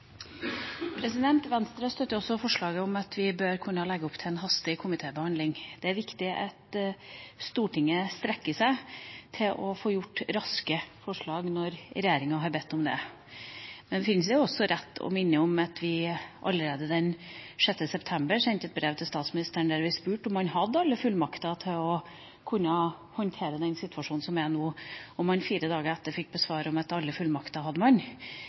Venstre støtter også forslaget om at vi bør kunne legge opp til en hastig komitébehandling. Det er viktig at Stortinget strekker seg for å få behandlet forslag raskt når regjeringa har bedt om det. Men det kjennes jo også rett å minne om at vi allerede den 6. september sendte et brev til statsministeren der vi spurte om man hadde alle fullmakter til å kunne håndtere den situasjonen som er nå. Fire dager etter fikk man til svar at alle fullmakter hadde man.